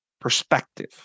perspective